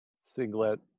singlet